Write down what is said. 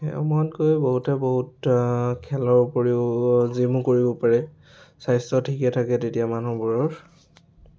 সেইসমূহত গৈ বহুতে বহুত খেলৰ উপৰিও অ জিমো কৰিব পাৰে স্বাস্থ্য ঠিকে থাকে তেতিয়া মানুহবোৰৰ